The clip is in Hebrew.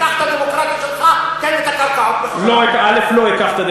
קח את הדמוקרטיה שלך, תן את הקרקעות בחזרה.